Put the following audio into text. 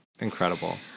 Incredible